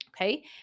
Okay